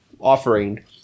offering